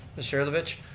mr. herlovich.